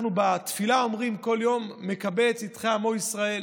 אנחנו בתפילה אומרים כל יום: "מקבץ נדחי עמו ישראל".